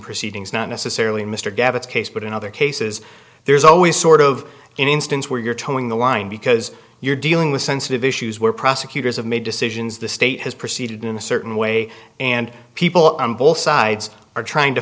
proceedings not necessarily mr gats case but in other cases there's always sort of an instance where you're toeing the line because you're dealing with sensitive issues where prosecutors have made decisions the state has proceeded in a certain way and people on both sides are trying to